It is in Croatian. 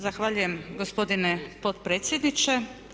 Zahvaljujem gospodine potpredsjedniče.